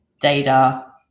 data